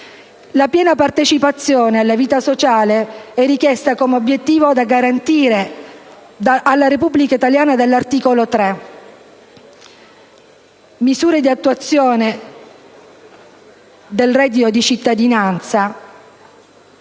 La piena partecipazione alla vita sociale è richiesta, come obiettivo da garantire dalla Repubblica italiana, dall'articolo 3 della Costituzione. Misure di attuazione del reddito di cittadinanza